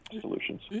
solutions